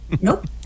Nope